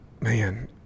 man